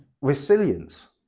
resilience